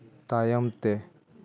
ᱛᱟᱭᱚᱢᱛᱮ